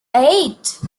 eight